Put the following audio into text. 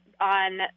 on